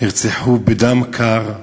נרצחו בדם קר על-ידי,